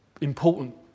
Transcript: important